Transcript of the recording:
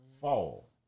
fall